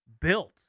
built